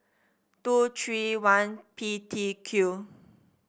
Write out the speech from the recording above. two three one P T Q